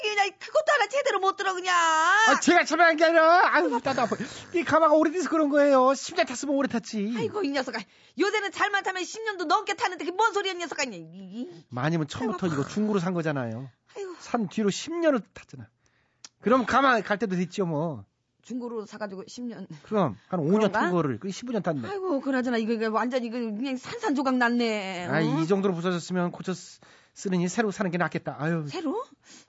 그냥 그것도 하나 제대로 못 들어 그냥. 아, 제가 참여한 게 아니라. 아유, 나도 아파. 이 가마가 오래돼서 그런 거예요. 10년 탔으면 오래 탔지. 아이고, 이 녀석아. 요새는 잘만 타면 10년도 넘게 타는데 그게 뭔 소리야, 이 녀석아. 이- 이- 아니면 처음부터 아이고. 이거 중고로 산 거잖아요. 아이고. 산 뒤로 10년을 탔잖아. 그럼 가마 갈 때도 됐죠, 뭐. 중고로 사가지고 10년. 그럼, 한 오 년 그런가? 탄 거를. 그게 15년 탔네. 아이고, 그나저나 이거, 이거 완전히 이거 그냥 산산조각 났네. 아이, 이 응? 정도로 부서졌으면 고쳐 쓰- 쓰느니 새로 사는 게 낫겠다. 아유. 새로?